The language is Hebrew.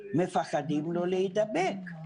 מפחדים להידבק.